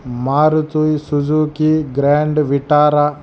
Maruti Suzuki Grand Vitara